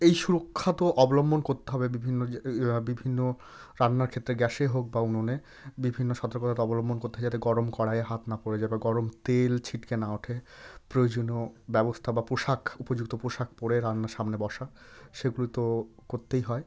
এই সুরক্ষা তো অবলম্বন করতে হবে বিভিন্ন যে বিভিন্ন রান্নার ক্ষেত্রে গ্যাসে হোক বা উনুনে বিভিন্ন সতর্কতা তো অবলম্বন করতে হয় যাতে গরম কড়াইয়ে হাত না পড়ে যায় বা গরম তেল ছিটকে না ওঠে প্রয়োজনীয় ব্যবস্থা বা পোশাক উপযুক্ত পোশাক পরে রান্নার সামনে বসা সেগুলো তো করতেই হয়